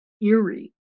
eerie